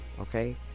okay